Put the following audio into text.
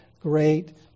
great